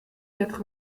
quatre